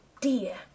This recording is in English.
dear